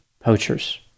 poachers